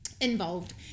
involved